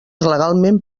legalment